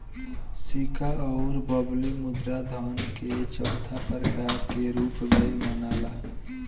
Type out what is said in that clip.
सिक्का अउर बबली मुद्रा धन के चौथा प्रकार के रूप में मनाला